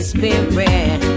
Spirit